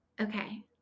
okay